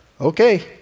Okay